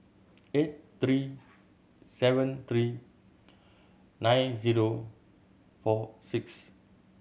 eight three seven three nine zero four six